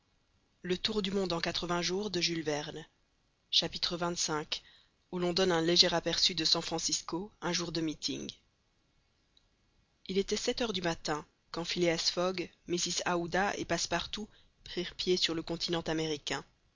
xxv où l'on donne un léger aperçu de san francisco un jour de meeting il était sept heures du matin quand phileas fogg mrs aouda et passepartout prirent pied sur le continent américain